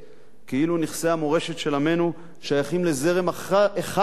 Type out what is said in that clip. כאילו נכסי המורשת של עמנו שייכים לזרם אחד בעם.